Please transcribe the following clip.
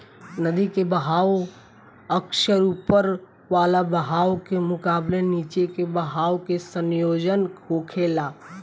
नदी के बहाव अक्सर ऊपर वाला बहाव के मुकाबले नीचे के बहाव के संयोजन होखेला